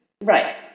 Right